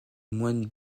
moines